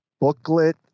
Booklet